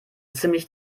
ziemlich